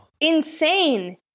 insane